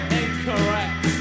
incorrect